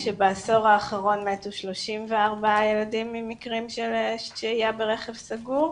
כשבעשור האחרון מתו 34 ילדים ממקרים של שהייה ברכב סגור.